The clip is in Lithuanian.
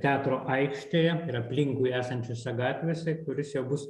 teatro aikštėje ir aplinkui esančiose gatvėse kuris jau bus